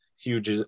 huge